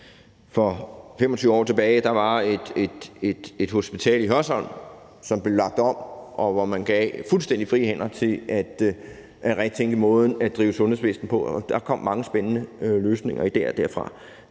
For 25 år tilbage var der et hospital i Hørsholm, som blev lagt om, og som man gav fuldstændig frie hænder til at retænke måden at drive sundhedsvæsen på. Og der kom mange spændende løsninger derfra,